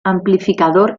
amplificador